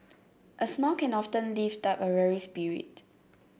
a smile can often lift up a weary spirit